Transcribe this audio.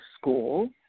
school